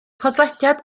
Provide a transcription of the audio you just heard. podlediad